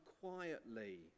quietly